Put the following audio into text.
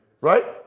Right